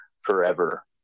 forever